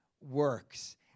Works